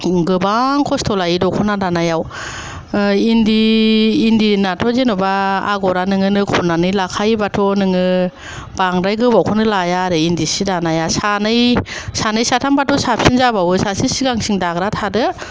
गोबां खस्थ लायो दखना दानायाव इन्दि इन्दिनाथ' जेनबा आगरा नोङो नो खनानै लाखायोबाथ' नोङो बांद्राय गोबावखौनो लाया आरो इन्दि सि दानाया सानै सानै साथाम बाथ' साबसिन जाबावो सासे सिगांथिं दाग्रा थादो